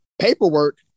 paperwork